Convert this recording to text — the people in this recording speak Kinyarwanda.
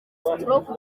stroke